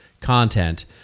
content